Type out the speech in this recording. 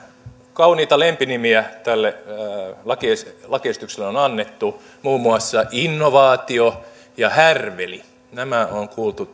kauniita lempinimiä tälle lakiesitykselle on annettu muun muassa innovaatio ja härveli nämä on kuultu